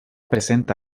presenta